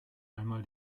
einmal